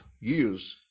years